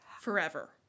forever